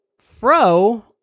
Fro